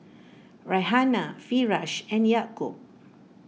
Raihana Firash and Yaakob